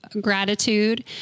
gratitude